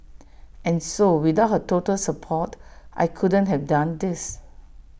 and so without her total support I couldn't have done this